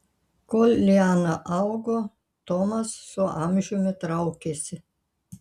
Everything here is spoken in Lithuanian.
kol liana augo tomas su amžiumi traukėsi